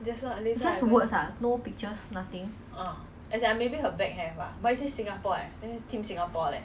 ya like touch rugby like if let's say no if let's say like we go and play right is all